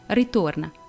ritorna